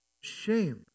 shame